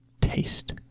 taste